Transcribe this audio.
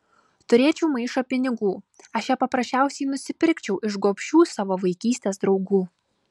turėčiau maišą pinigų aš ją paprasčiausiai nusipirkčiau iš gobšių savo vaikystės draugų